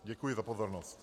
Děkuji za pozornost.